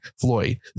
Floyd